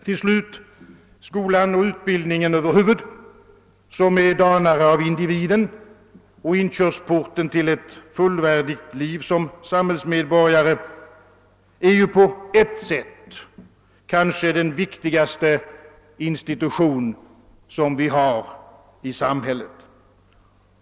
Till slut: Skolan och utbildningen över huvud som är danare av individen och inkörsporten till ett fullvärdigt liv som samhällsmedborgare är på ett sätt kanske den viktigaste institution vi har i samhället.